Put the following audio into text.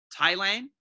Thailand